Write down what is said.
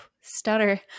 stutter